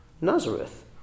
Nazareth